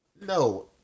no